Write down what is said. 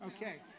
Okay